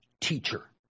teacher